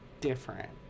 different